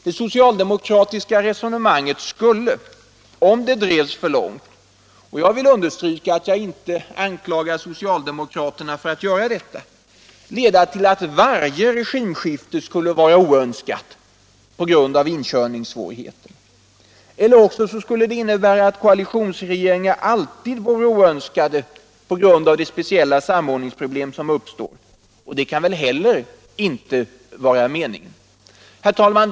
Det socialdemokratiska resonemanget skulle om det drevs för långt — men jag vill understryka att jag inte anklagar socialdemokraterna för att göra detta — leda till att varje regimskifte skulle vara oönskat på grund av inkörningssvårigheterna. Eller också skulle det innebära att koalitionsregeringar alltid vore oönskade på grund av de speciella samordningsproblem som uppstår; och det kan väl heller inte vara meningen. Herr talman!